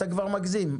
אתה כבר מגזים.